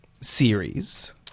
series